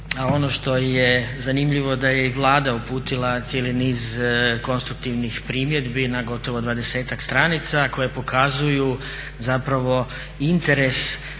ono što je zanimljivo da je i Vlada uputila cijeli niz konstruktivnih primjedbi na gotovo 20-ak stranica koji pokazuju interes